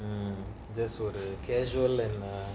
just for the casual can lah